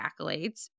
accolades